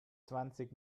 zwanzig